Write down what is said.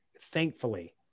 thankfully